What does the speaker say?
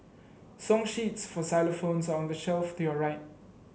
song sheets for xylophones are on the shelf to your right